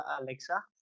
alexa